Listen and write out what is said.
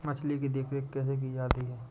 मछली की देखरेख कैसे की जाती है?